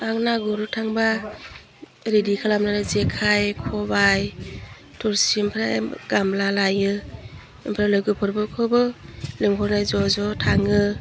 आं ना गुरनो थांबा रेदि खालामनानै जेखाइ खबाइ थुरसि ओमफ्राय गामला लायो ओमफ्राय लोगोफोरखौबो लिंहरो ज' ज' थाङो